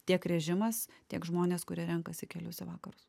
tiek režimas tiek žmonės kurie renkasi kelius į vakarus